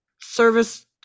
service